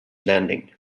landing